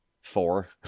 four